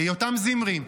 יותם זמרי.